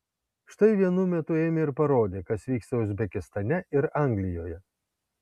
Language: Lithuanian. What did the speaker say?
štai vienu metu ėmė ir parodė kas vyksta uzbekistane ir anglijoje